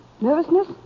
Nervousness